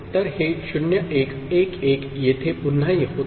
तर हे 0 1 1 1 येथे पुन्हा होते